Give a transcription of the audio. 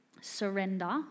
surrender